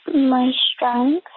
my strength,